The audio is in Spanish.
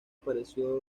apareció